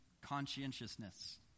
conscientiousness